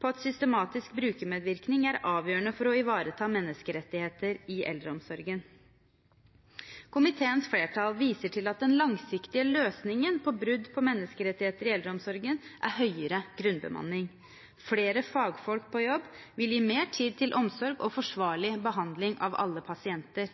på at systematisk brukermedvirkning er avgjørende for å ivareta menneskerettigheter i eldreomsorgen. Komiteens flertall viser til at den langsiktige løsningen på brudd på menneskerettigheter i eldreomsorgen er høyere grunnbemanning. Flere fagfolk på jobb vil gi mer tid til omsorg og forsvarlig behandling av alle pasienter.